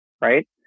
right